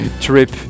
trip